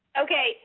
Okay